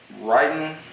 writing